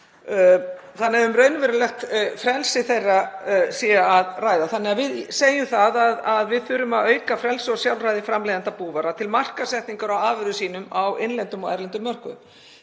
þannig að um raunverulegt frelsi þeirra sé að ræða. Við segjum að við þurfum að auka frelsi og sjálfræði framleiðenda búvara til markaðssetningar á afurðum sínum á innlendum og erlendum mörkuðum.